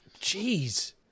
Jeez